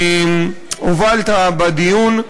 הובלת בדיון.